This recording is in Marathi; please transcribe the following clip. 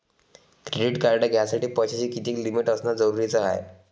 क्रेडिट कार्ड घ्यासाठी पैशाची कितीक लिमिट असनं जरुरीच हाय?